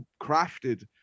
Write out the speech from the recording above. crafted